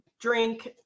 drink